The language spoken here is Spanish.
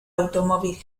automóvil